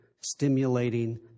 stimulating